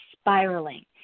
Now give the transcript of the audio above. spiraling